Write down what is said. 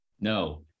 No